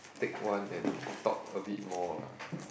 take one and talk a bit more lah